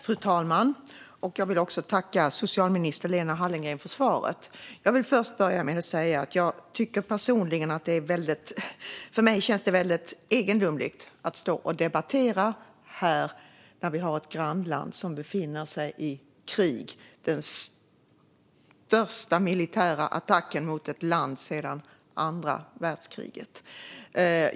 Fru talman! Jag vill tacka socialminister Lena Hallengren för svaret. Jag vill börja med att säga att jag tycker att det känns väldigt egendomligt att stå här och debattera när vi har ett grannland som befinner sig i krig - det är den största militära attacken mot ett land sedan andra världskriget.